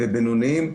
והבינוניים,